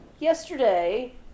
Yesterday